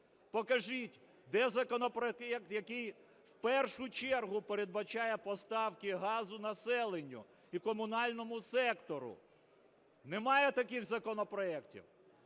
Покажіть, де законопроект, який в першу чергу передбачає поставки газу населенню і комунальному сектору? Немає таких законопроектів.